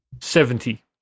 Seventy